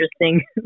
interesting